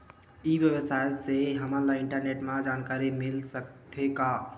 ई व्यवसाय से हमन ला इंटरनेट मा जानकारी मिल सकथे का?